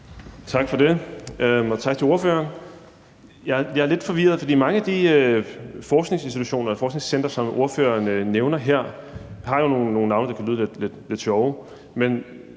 Tak for det, og tak til ordføreren. Jeg er lidt forvirret, for mange af de forskningsinstitutioner og forskningscentre, som ordfører nævner her, har jo nogle navne, der kan lyde lidt sjove.